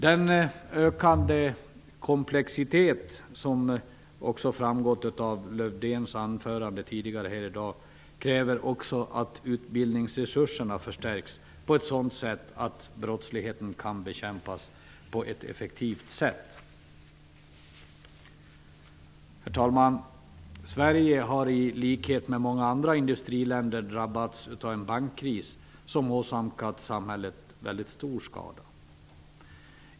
Den ökande komplexiteten kräver också att utbildningsresurserna förstärks på ett sådant sätt att brottsligheten kan bekämpas på ett effektivt sätt, vilket även framgick av Lars-Erik Lövdéns anförande. Herr talman! Sverige har i likhet med många andra industriländer drabbats av en bankkris som åsamkat samhället väldigt stor skada.